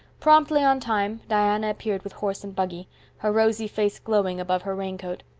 promptly on time diana appeared with horse and buggy, her rosy face glowing above her raincoat.